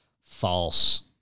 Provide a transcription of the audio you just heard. false